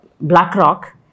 BlackRock